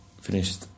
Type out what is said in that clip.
finished